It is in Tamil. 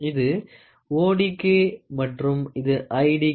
இது OD க்கு மற்றும் இது ID க்கு